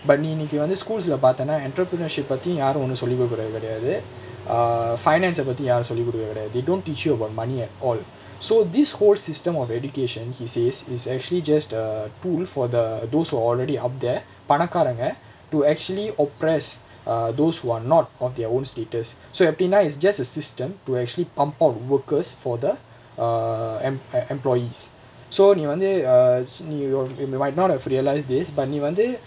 but நீ இன்னைக்கு வந்து:nee innaikku vanthu schools leh பாத்தேனா:paathaenaa entrepreneurship பத்தி யாரு ஒன்னு சொல்லி குடுக்குறது கிடையாது:paththi yaaru onnu solli kudukkurathu kidaiyaathu err finance ah பத்தி யாரு சொல்லி குடுக்குறது கிடையாது:paththi yaaru solli kudukkurathu kidaiyaathu they don't teach you about money at all so this whole system of education he says is actually just a tool for the those who are already out there பணக்காரங்க:panakaaranga to actually oppress err those who are not of their own status so எப்டினா:epdinaa is just a system to actually pompon workers for the err em~ embloyees so நீ வந்து:nee vanthu err is நீ:nee all in white not a free ah lyres this but நீ வந்து:nee vanthu